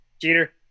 Jeter